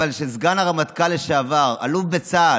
אבל כשסגן הרמטכ"ל, לשעבר אלוף בצה"ל,